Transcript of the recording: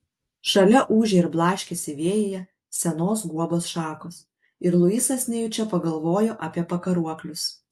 šalia ūžė ir blaškėsi vėjyje senos guobos šakos ir luisas nejučia pagalvojo apie pakaruoklius